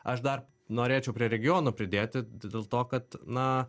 aš dar norėčiau prie regionų pridėti tai dėl to kad na